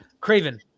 craven